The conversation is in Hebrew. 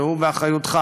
שהוא באחריותך,